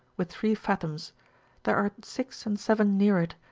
with three fathoms there are six and seven near it,